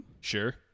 Sure